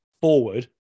forward